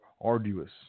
arduous